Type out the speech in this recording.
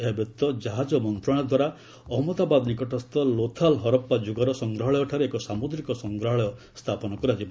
ଏହାବ୍ୟତୀତ ଜାହାଜ ମନ୍ତ୍ରଣାଳୟଦ୍ୱାରା ଅହମ୍ମଦାବାଦ ନିକଟସ୍ଥ ଲୋଥାଲ୍ ହରପା ଯୁଗର ସଂଗ୍ରହାଳୟଠାରେ ଏକ ସାମୁଦ୍ରିକ ସଂଗ୍ରହାଳୟ ସ୍ଥାପନ କରାଯିବ